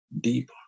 deep